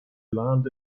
land